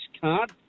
card